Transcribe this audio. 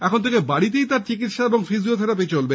এখন থেকে বাড়িতেই তাঁর চিকিৎসা ও ফিজিওথেরাপী চলবে